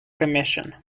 commission